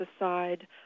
aside